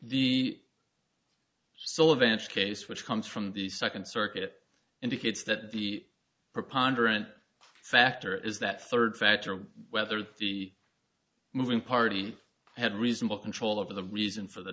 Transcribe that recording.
the so advanced case which comes from the second circuit indicates that the preponderant factor is that third factor of whether the moving party had reasonable control over the reason for the